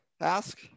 ask